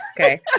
Okay